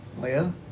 Leia